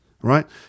right